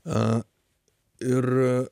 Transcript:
a ir